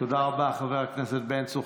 תודה רבה, חבר הכנסת בן צור.